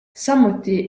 samuti